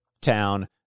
town